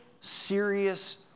serious